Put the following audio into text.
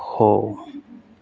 ਹੋ